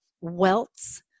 welts